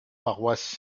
paroisse